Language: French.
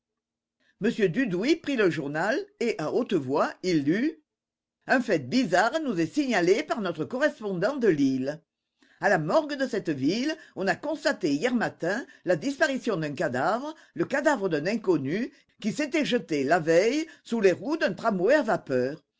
m dudouis prit le journal et à haute voix il lut un fait bizarre nous est signalé par notre correspondant de lille à la morgue de cette ville on a constaté hier matin la disparition d'un cadavre le cadavre d'un inconnu qui s'était jeté la veille sous les roues d'un tramway à vapeur